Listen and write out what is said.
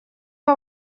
uwo